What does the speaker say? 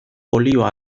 olioa